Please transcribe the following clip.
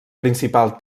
principal